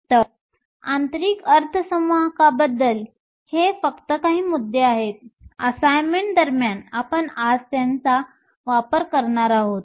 तर आंतरिक अर्धसंवाहकबद्दल हे फक्त काही मुद्दे आहेत असाइनमेंट दरम्यान आपण आज त्यांचा वापर करणार आहोत